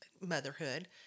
motherhood